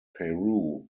peru